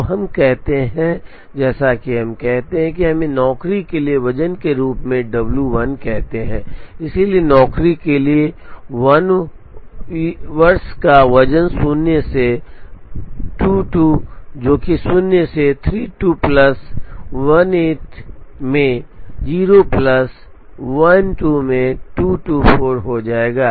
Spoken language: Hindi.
तो हम कहते हैं कि जैसा कि हम कहते हैं कि हमें नौकरी के लिए वजन के रूप में डब्ल्यू 1 कहते हैं इसलिए नौकरी के लिए 1 वर्ष का वजन शून्य से 2 2 जो कि शून्य से 32 प्लस 18 में 0 प्लस 12 में 224 हो जाएगा